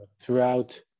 throughout